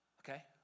Okay